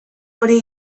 hori